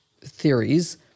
theories